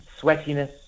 sweatiness